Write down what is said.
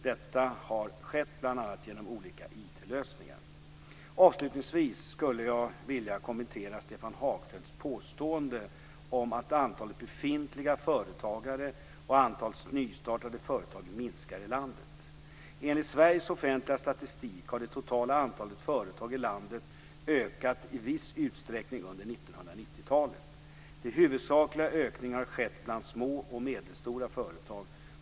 Detta har skett bl.a. genom olika IT Avslutningsvis skulle jag vilja kommentera Stefan Hagfeldts påståenden om att antalet befintliga företagare och nystartade företag minskar i landet. Enligt Sveriges offentliga statistik har det totala antalet företag i landet ökat i viss utsträckning under 1990 talet. Den huvudsakliga ökningen har skett bland små och medelstora företag.